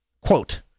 Quote